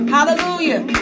Hallelujah